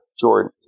Jordan